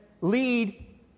lead